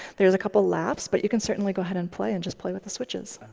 there's a couple laughs, but you can certainly go ahead and play and just play with the switches.